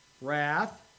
wrath